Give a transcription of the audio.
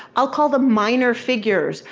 i'll call, the minor figures,